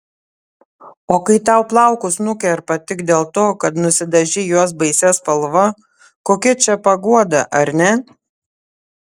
o kai tau plaukus nukerpa tik dėl to kad nusidažei juos baisia spalva kokia čia paguoda ar ne